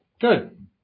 Good